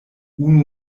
unu